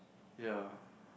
ya